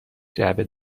جعبه